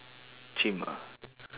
chim ah